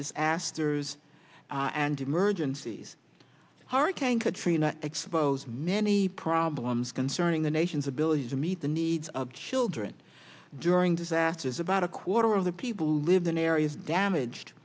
this asters and emergencies hurricane katrina exposed many problems concerning the nation's ability to meet the needs of children during disasters about a quarter of the people who lived in areas damaged